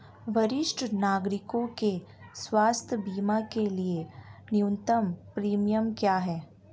वरिष्ठ नागरिकों के स्वास्थ्य बीमा के लिए न्यूनतम प्रीमियम क्या है?